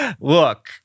Look